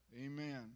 Amen